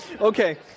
Okay